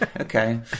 Okay